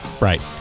Right